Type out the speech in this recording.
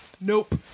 Nope